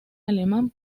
alemán